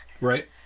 Right